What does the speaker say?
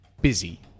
busy